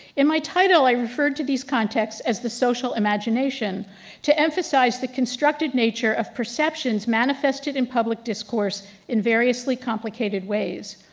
in my title i referred to these contexts as the social imagination to emphasize the constructed nature of perceptions manifested in public discourse in variously complicated ways.